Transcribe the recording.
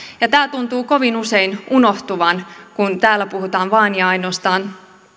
ja tämä tuntuu kovin usein unohtuvan kun täällä puhutaan vain ja ainoastaan